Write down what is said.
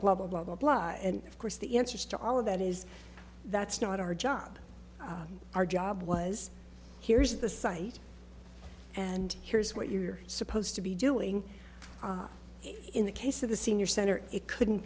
blah blah blah blah blah and of course the answers to all of that is that's not our job our job was here's the site and here's what you're supposed to be doing in the case of the senior center it couldn't